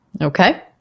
okay